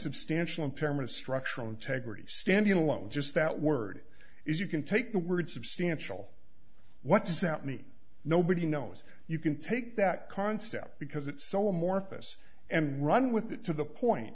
substantial impairment of structural integrity standing alone just that word is you can take the word substantial what does that mean nobody knows you can take that concept because it's so morpheus and run with it to the point